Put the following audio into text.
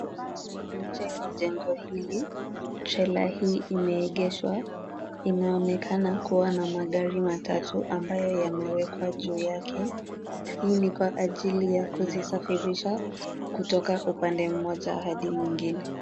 Nje ya jengo hili. trela hii imeegeshwa, inaonekana kuwa na magari matatu ambayo yamewekwa juu yake. Hii ni kwa ajili ya kuzisafirisha kutoka upande mmoja hadi mwingine.